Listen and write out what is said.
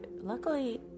Luckily